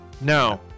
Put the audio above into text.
No